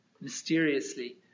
mysteriously